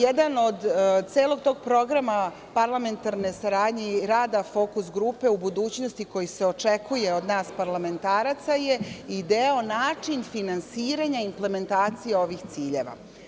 Jedan od celog tog programa parlamentarne saradnje i rada Fokus grupe u budućnosti koji se očekuje od nas parlamentaraca je i deo način finansiranja implementacije ovih ciljeva.